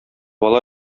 ала